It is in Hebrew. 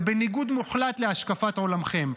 זה בניגוד מוחלט להשקפת עולמכם.